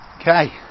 Okay